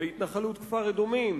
בהתחלת כפר-אדומים